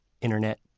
Internet